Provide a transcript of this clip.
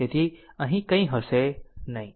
તેથી અહીં કંઇ હશે નહીં